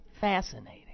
Fascinating